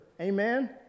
Amen